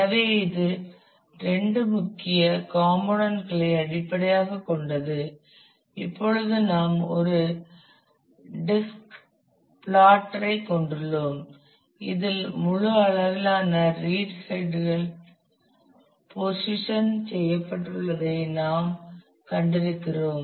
எனவே இது இரண்டு முக்கிய காம்போணட்களை அடிப்படையாகக் கொண்டது இப்போது நாம் ஒரு டிஸ்க் பிளாட்டர் ஐ கொண்டுள்ளோம் இதில் முழு அளவிலான ரீட் ஹெட்கள் போசிஷன் செய்யப்பட்டுள்ளதை நாம் கண்டிருக்கிறோம்